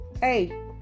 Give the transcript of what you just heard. Hey